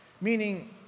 Meaning